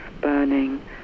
burning